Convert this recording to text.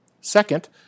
Second